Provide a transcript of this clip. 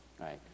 right